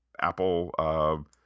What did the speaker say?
apple